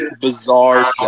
bizarre